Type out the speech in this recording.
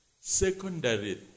secondary